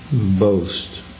boast